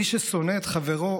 מי ששונא את חברו,